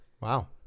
Wow